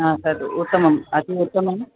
तत् उत्तमम् अति उत्तमम्